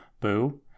Boo